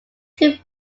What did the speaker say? two